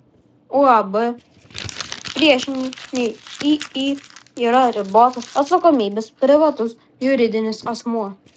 uab priešingai nei iį yra ribotos atsakomybės privatus juridinis asmuo